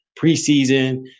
preseason